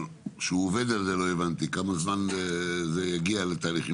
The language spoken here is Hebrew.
אבל לא הבנתי כמה זמן הוא עובד על זה,